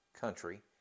country